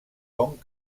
bon